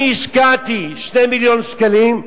אני השקעתי 2 מיליון שקלים.